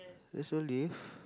there's no leaf